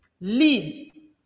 lead